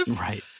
Right